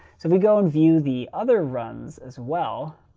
so if we go and view the other runs as well,